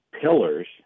pillars